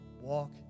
walk